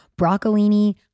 broccolini